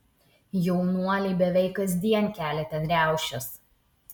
jaunuoliai beveik kasdien kelia ten riaušes